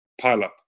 pileup